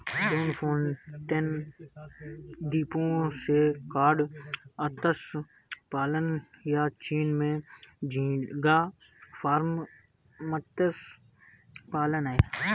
Lofoten द्वीपों से cod मत्स्य पालन, या चीन में झींगा फार्म मत्स्य पालन हैं